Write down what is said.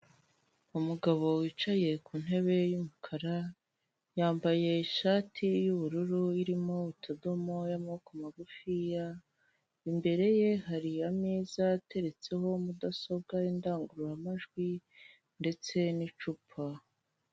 Umugabo wicaye ku ntebe y'umukara yambaye ishati y'ubururu irimo utudomo y'amaboko magufiya, imbere ye hari ameza ateretseho mudasobwa, indangurura majwi ndetse n'icupa.